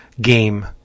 game